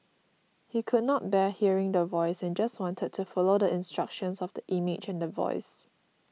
he could not bear hearing the Voice and just wanted to follow the instructions of the image and the voice